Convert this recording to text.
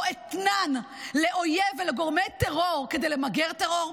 אתנן לאויב ולגורמי טרור כדי למגר טרור,